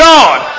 God